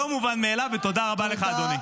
לא מובן מאליו, ותודה רבה לך, אדוני.